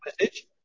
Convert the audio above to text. message